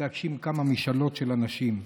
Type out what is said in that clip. להגשים כמה משאלות של אנשים.